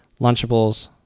Lunchables